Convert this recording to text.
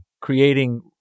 creating